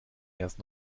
erst